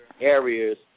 areas